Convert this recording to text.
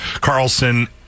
Carlson